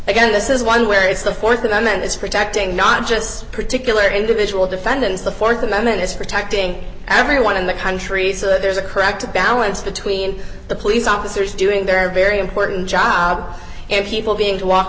again this is one where it's the th amendment is protecting not just particular individual defendants the th amendment is protecting everyone in the countries and there's a crack to balance between the police officers doing their very important job and people being to walk